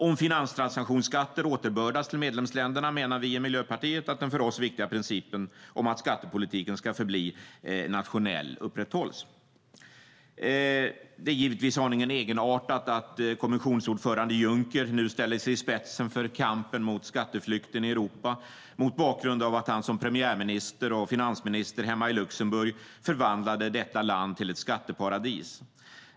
Om finanstransaktionsskatter återbördas till medlemsländerna menar vi i Miljöpartiet att den för oss viktiga principen om att skattepolitiken ska förbli nationell upprätthålls. Det är givetvis aningen egenartat att kommissionsordförande Juncker nu ställer sig i spetsen för kampen mot skatteflykten i Europa, mot bakgrund av att han som premiärminister och finansminister hemma i Luxemburg förvandlade detta land till ett skatteparadis.